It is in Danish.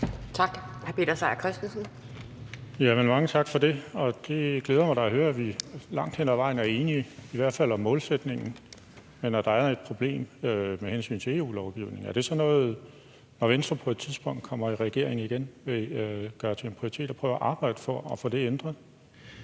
Kl. 12:45 Peter Seier Christensen (NB): Mange tak for det. Det glæder mig da at høre, at vi langt hen ad vejen er enige, i hvert fald om målsætningen. At der er et problem med EU-lovgivningen, er det noget, som Venstre, når man på et tidspunkt kommer i regering igen, vil gøre til en prioritet at prøve at arbejde for at få ændret?